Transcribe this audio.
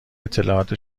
اطلاعات